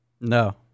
No